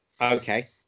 Okay